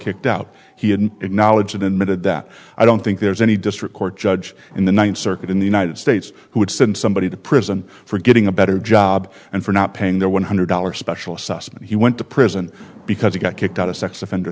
kicked out he hadn't acknowledged in mid that i don't think there's any district court judge in the ninth circuit in the united states who would send somebody to prison for getting a better job and for not paying their one hundred dollars special assessment he went to prison because he got kicked out of sex offender